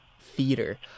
theater